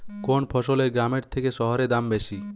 কোন ফসলের গ্রামের থেকে শহরে দাম বেশি?